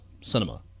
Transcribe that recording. cinema